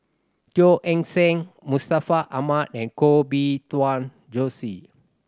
Teo Eng Seng Mustaq Ahmad and Koh Bee Tuan Joyce